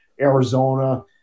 Arizona